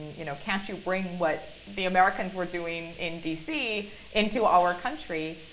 you know can't you bring what the americans were doing in dc into our country?